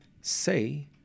say